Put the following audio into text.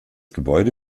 gebäude